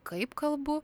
kaip kalbu